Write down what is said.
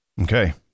okay